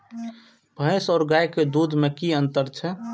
भैस और गाय के दूध में कि अंतर छै?